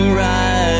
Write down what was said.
right